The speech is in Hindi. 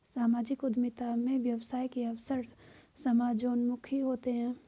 सामाजिक उद्यमिता में व्यवसाय के अवसर समाजोन्मुखी होते हैं